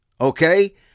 Okay